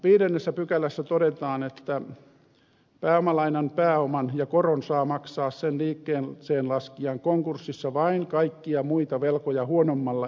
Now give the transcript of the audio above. viidennessä pykälässä todetaan että pääomalainan pääoman ja koron saa maksaa sen liikkeeseen laskijan konkurssissa vain kaikkia muita velkoja huonommalla etuoikeudella